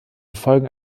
folgen